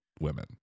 women